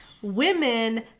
women